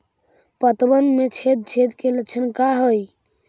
पतबन में छेद छेद के लक्षण का हइ?